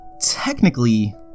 technically